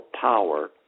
power